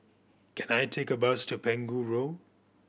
can I take a bus to Pegu Road